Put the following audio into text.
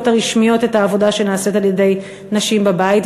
הרשמיות את העבודה שנעשית על-ידי נשים בבית,